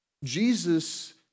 Jesus